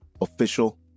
official